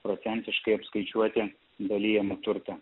procentiškai apskaičiuoti dalijamą turtą